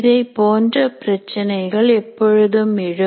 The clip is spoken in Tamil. இதை போன்ற பிரச்சினைகள் எப்பொழுதும் எழும்